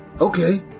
Okay